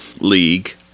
league